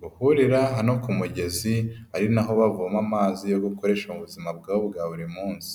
guhurira hano ku mugezi ari naho bavoma amazi yo gukoresha mu buzima bwabo bwa buri munsi.